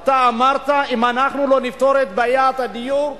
אתה אמרת: אם אנחנו לא נפתור את בעיית הדיור,